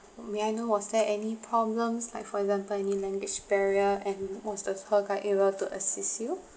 may I know was there any problems like for example any language barrier and was the tour guide able to assist you